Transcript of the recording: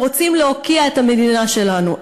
הם רוצים להוקיע את המדינה שלנו.